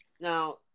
Now